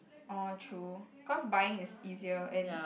oh true cause buying is easier and